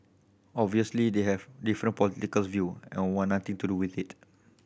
obviously they have different political view and want nothing to do with it